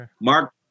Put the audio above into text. Mark